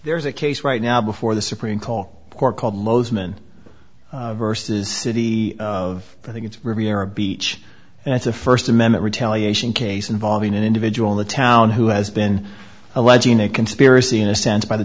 there's a case right now before the supreme call called most men versus city of i think it's riviera beach and it's a first amendment retaliation case involving an individual in the town who has been alleging a conspiracy in a sense by the